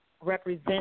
represent